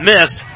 missed